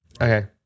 Okay